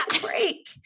break